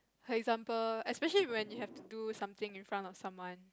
for example especially when you have to do something in front of someone